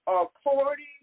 according